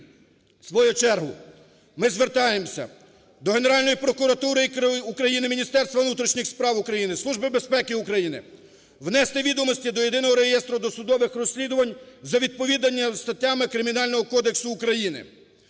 В свою чергу ми звертаємося до Генеральної прокуратури України, Міністерства внутрішніх справ України, Служби безпеки України: внести відомості до Єдиного реєстру досудових розслідувань за відповідними статтями Кримінального кодексу України;